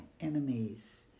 enemies